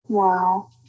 Wow